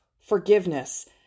forgiveness